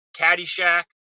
Caddyshack